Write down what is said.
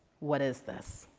what is this?